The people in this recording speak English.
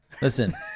Listen